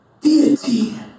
Deity